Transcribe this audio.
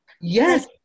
Yes